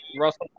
Russell